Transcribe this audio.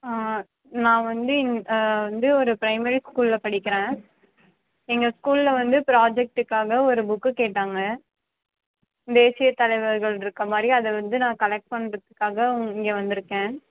நான் வந்து இங்கே வந்து ஒரு ப்ரைமரி ஸ்கூலில் படிக்கிறேன் எங்கள் ஸ்கூலில் வந்து ப்ராஜெக்ட்டுக்காக ஒரு புக்கு கேட்டாங்க தேசிய தலைவர்கள் இருக்கற மாதிரி அதை வந்து நான் கலெக்ட் பண்ணுறத்துக்காக உங் இங்கே வந்திருக்கேன்